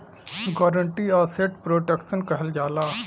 guarantee asset protection कहल जाला